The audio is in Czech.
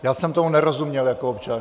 Já jsem tomu nerozuměl jako občan.